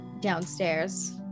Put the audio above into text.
downstairs